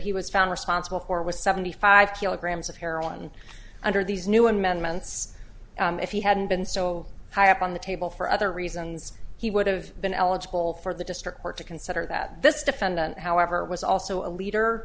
he was found responsible for was seventy five kilograms of heroin under these new amendments if he hadn't been so high up on the table for other reasons he would've been eligible for the district court to consider that this defendant however was also a leader